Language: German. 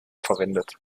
verwendet